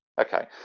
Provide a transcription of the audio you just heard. Okay